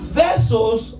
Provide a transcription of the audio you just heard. vessels